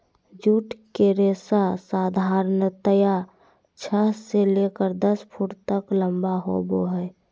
jute के रेशा साधारणतया छह से लेकर दस फुट तक लम्बा होबो हइ